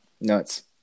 Nuts